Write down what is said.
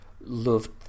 loved